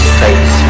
face